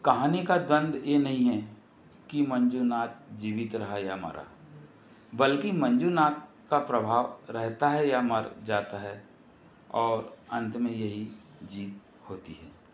कहानी का द्वन्द ये नहीं है कि मंजूनाथ जीवित रहा या मरा बल्कि मंजूनाथ का प्रभाव रहता है या मर जाता है और अंत में यही जीत होती है